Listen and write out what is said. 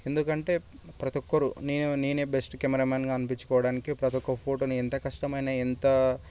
ఎందుకంటే ప్రతి ఒక్కరు నేనే నేనే బెస్ట్ కెమెరామ్యాన్గా అనిపించుకోవాడానికి అనిపించుకోవడానికి ప్రతి ఒక్క ఫోటోను ఎంత కష్టమైనా ఎంత